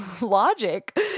logic